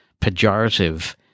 pejorative